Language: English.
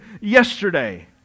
yesterday